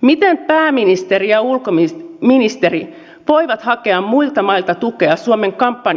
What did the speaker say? miten pääministeri ja ulkoministeri voivat hakea muilta mailta tukea suomen